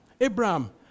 Abraham